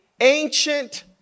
ancient